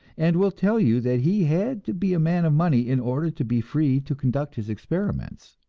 and will tell you that he had to be a man of money in order to be free to conduct his experiments.